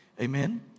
Amen